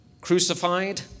crucified